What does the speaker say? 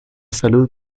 salud